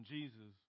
Jesus